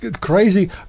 crazy